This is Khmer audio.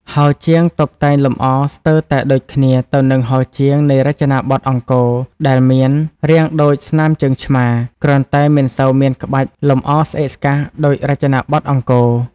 ហោជាង តុបតែងលម្អស្ទើរតែដូចគ្នាទៅនឹងហោជាងនៃរចនាបថអង្គរដែរមាន រាងដូចស្នាមជើងឆ្មា គ្រាន់តែមិនសូវមានក្បាច់លម្អស្អេកស្កះដូចរចនាបថ អង្គរ។